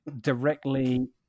directly